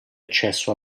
accesso